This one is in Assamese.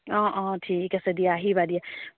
অঁ অঁ ঠিক আছে দিয়া আহিবা দিয়া